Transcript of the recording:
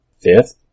Fifth